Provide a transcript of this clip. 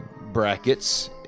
brackets